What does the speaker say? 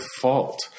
fault